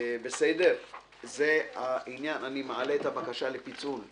אני מעלה את הבקשה לפיצול להצבעה.